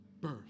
birth